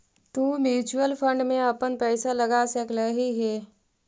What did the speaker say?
तु mutual fund में अपन पईसा लगा सकलहीं हे